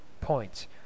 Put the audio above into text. points